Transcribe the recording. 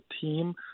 team